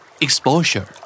Exposure